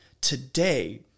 Today